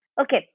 okay